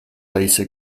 lisa